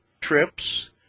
trips